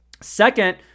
Second